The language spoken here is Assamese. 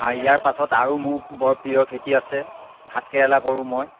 ইয়াৰ পাছত আৰু মোৰ বৰ প্ৰিয় খেতি আছে ভাতকেৰেলা কৰোঁ মই